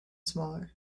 smaller